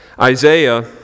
Isaiah